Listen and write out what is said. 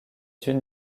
une